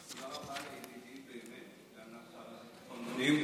תודה רבה לידידי, באמת, סגן השר לביטחון הפנים.